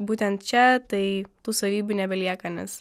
būtent čia tai tų savybių nebelieka nes